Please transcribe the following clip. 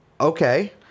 Okay